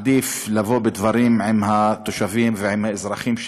עדיף לבוא בדברים עם התושבים ועם האזרחים,